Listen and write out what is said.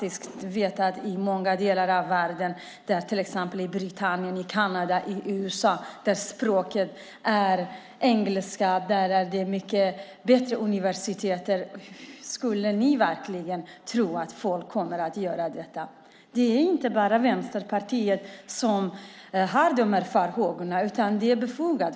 I många delar av världen, till exempel Storbritannien, Kanada och USA, där språket är engelska, finns bättre universitet. Tror ni verkligen att folk kommer att göra detta? Det är inte bara Vänsterpartiet som har dessa farhågor.